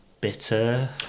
bitter